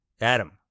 Adam